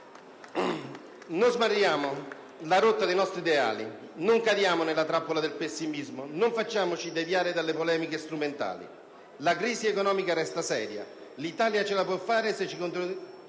Non smarriamo la rotta dei nostri ideali, non cadiamo nella trappola del pessimismo, non facciamoci deviare dalle polemiche strumentali. La crisi economica resta seria. L'Italia ce la può fare se ci concentriamo